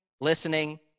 listening